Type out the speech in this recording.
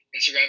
Instagram